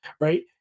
right